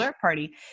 party